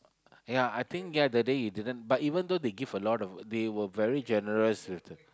ya I think ya that day you didn't but even though they give a lot of they were very generous with the